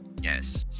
Yes